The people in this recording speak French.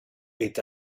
est